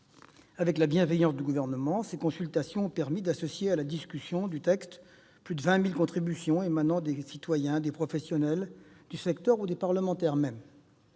avec la bienveillance du Gouvernement. Ces consultations ont permis d'associer à la discussion du texte plus de 20 000 contributions émanant des citoyens, des professionnels du secteur ou même des parlementaires.